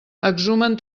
exhumen